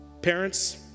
Parents